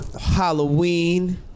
Halloween